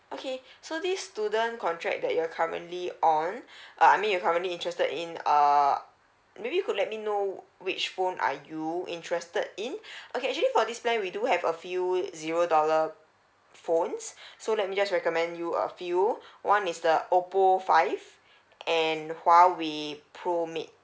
okay so this student contract that you're currently on err I mean you currently interested in err maybe you could let me know which phone are you interested in okay actually for this plan we do have a few zero dollar uh phones so let me just recommend you a few one is the oppo five and huawei pro mate